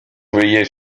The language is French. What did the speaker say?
veiller